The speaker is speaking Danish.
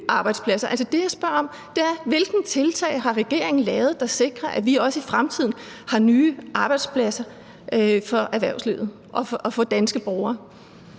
Det, jeg spørger om, er, hvilke tiltag regeringen har gjort, der sikrer, at vi også i fremtiden har nye arbejdspladser for erhvervslivet og for danske borgere.